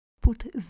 put